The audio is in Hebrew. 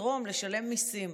לתרום ולשלם מיסים.